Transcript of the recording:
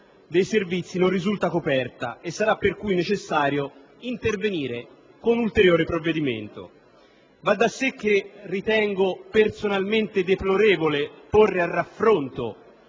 dei servizi non risulta coperta e sarà pertanto necessario intervenire con un ulteriore provvedimento. Va da sé che ritengo personalmente deplorevole porre a raffronto